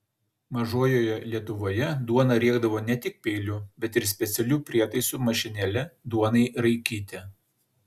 mažojoje lietuvoje duoną riekdavo ne tik peiliu bet ir specialiu prietaisu mašinėle duonai raikyti